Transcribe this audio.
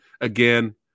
again